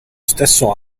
stesso